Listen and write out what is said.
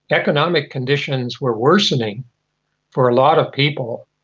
economic conditions were worsening for a lot of people,